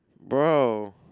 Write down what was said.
Bro